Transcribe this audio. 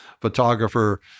photographer